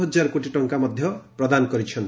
ହଜାର କୋଟି ଟଙ୍କା ମଧ୍ୟ ପ୍ରଦାନ କରିଛନ୍ତି